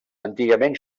antigament